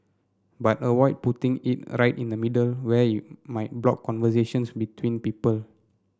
but avoid putting it right in the middle where it might block conversations between people